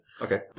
okay